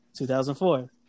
2004